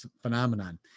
phenomenon